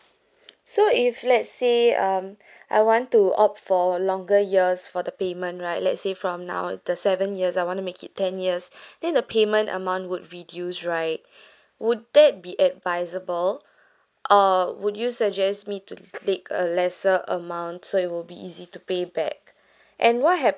so if let's say um I want to opt for longer years for the payment right let's say from now the seven years I want to make it ten years then the payment amount would reduce right would that be advisable or would you suggest me to the take a lessser amount so it will be easy to pay back and what happen